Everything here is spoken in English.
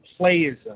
Playism